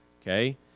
Okay